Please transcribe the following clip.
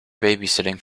babysitting